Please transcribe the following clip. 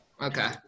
okay